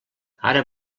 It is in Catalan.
ara